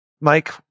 Mike